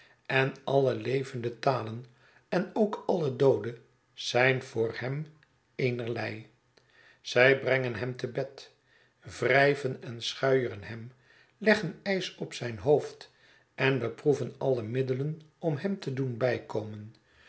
en alle levende talen en ook alle doode zijn voor hem eenerlei zij brengen hem te bed wrijven en schuieren hem leggen ijs op zijn hoofd en beproeven alle middelen om hem te doen bijkomen